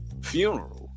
funeral